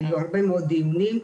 היו הרבה מאוד דיונים,